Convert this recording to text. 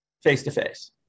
face-to-face